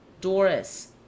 Doris